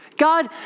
God